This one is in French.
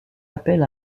appel